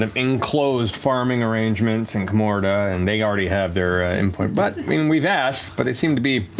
um enclosed farming arrangements, in kamordah, and they already have their endpoint, but i mean we've asked, but they seem to be